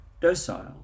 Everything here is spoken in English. docile